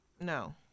No